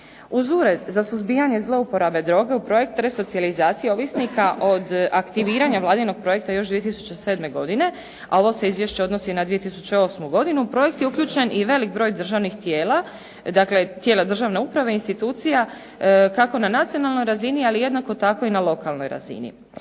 Uz Ured za suzbijanje zlouporabe droge u projektu resocijalizacije ovisnika od aktiviranja vladinog projekta još 2007. godine, a ovo se izvješće odnosi na 2008. godini, u projekt je uključen i velik broj državnih tijela, dakle tijela državne uprave, institucija, kako na nacionalnoj razini, ali jednako tako i na lokalnoj razini.